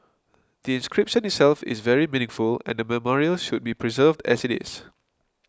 the inscription itself is very meaningful and memorial should be preserved as it is